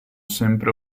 sempre